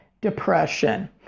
depression